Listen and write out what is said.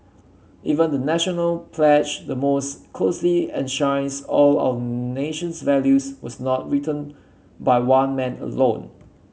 even the National pledge the most closely enshrines all our nation's values was not written by one man alone